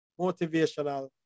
motivational